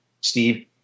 Steve